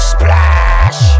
Splash